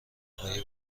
آیا